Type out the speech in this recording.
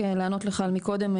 רק לענות לך על מקודם,